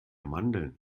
mandeln